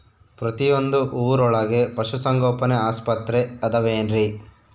ಪ್ರತಿಯೊಂದು ಊರೊಳಗೆ ಪಶುಸಂಗೋಪನೆ ಆಸ್ಪತ್ರೆ ಅದವೇನ್ರಿ?